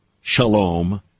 Shalom